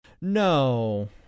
No